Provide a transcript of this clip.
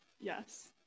yes